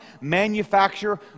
manufacture